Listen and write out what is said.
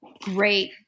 Great